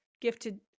gifted